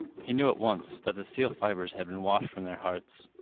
he knew at once that the steel fibers had been washed from their hearts.